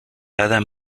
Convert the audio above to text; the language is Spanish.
adam